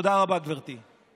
תודה רבה, גברתי.